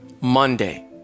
Monday